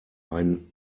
ein